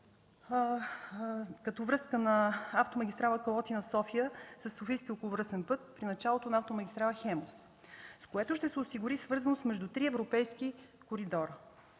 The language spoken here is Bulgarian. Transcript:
като връзка на автомагистрала Калотина – София със софийския околовръстен път и началото на автомагистрала „Хемус”, с което ще се осигури свързаност между три европейски коридора.